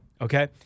Okay